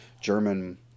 German